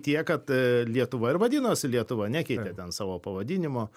tiek kad lietuva ir vadinosi lietuva nekeitė ten savo pavadinimo